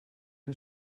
que